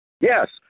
Yes